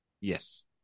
Yes